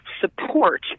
support